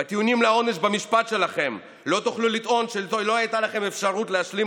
בטיעונים לעונש במשפט שלכם לא תוכלו לטעון שלא הייתה לכם אפשרות להשלים